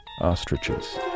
Ostriches